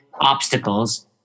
obstacles